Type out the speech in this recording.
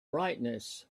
brightness